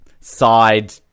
side